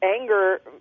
anger